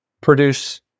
produce